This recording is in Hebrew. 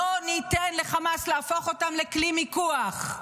לא ניתן לחמאס להפוך אותם לכלי מיקוח.